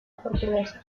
portuguesa